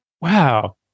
wow